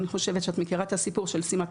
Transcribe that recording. אני חושבת שאת מכירה את הסיפור של ס"ט,